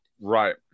Right